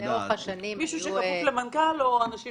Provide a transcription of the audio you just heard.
האם מישהו שכפוף למנכ"ל, או אנשים